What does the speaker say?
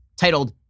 titled